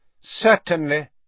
Certainly